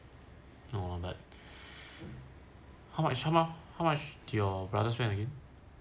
no but how much how much did your brother spend again